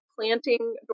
planting